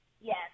Yes